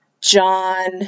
John